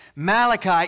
Malachi